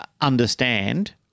understand